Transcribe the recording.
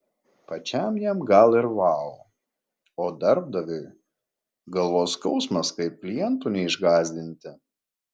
pačiam jam gal ir vau o darbdaviui galvos skausmas kaip klientų neišgąsdinti